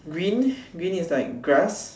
green green is like grass